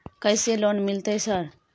कैसे लोन मिलते है सर?